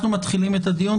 אנחנו מתחילים את הדיון.